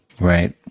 Right